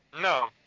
no